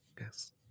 Yes